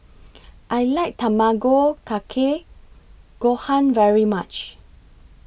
I like Tamago Kake Gohan very much